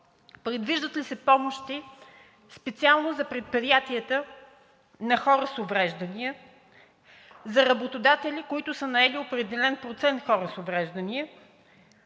Предвиждат ли се помощи специално за предприятията на хора с увреждания, за работодатели, които са наели определен процент хора с увреждания,